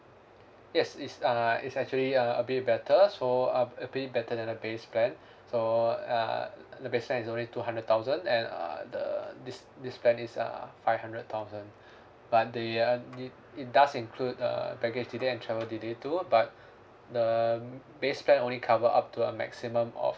yes it's uh it's actually uh a bit better so uh a bit better than the base plan so uh the base plan is only two hundred thousand and uh the this this plan is uh five hundred thousand but the uh it it does include uh baggage delay and travel delay too but the mm base plan only cover up to a maximum of